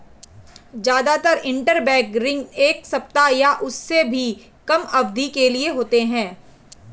जादातर इन्टरबैंक ऋण एक सप्ताह या उससे भी कम अवधि के लिए होते हैं